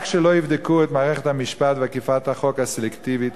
רק שלא יבדקו את מערכת המשפט ואכיפת החוק הסלקטיבית,